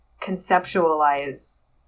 conceptualize